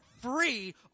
free